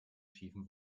schiefen